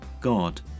God